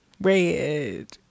red